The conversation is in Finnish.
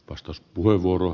arvoisa puhemies